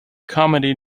comedy